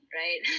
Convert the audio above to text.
right